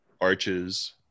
Arches